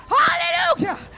hallelujah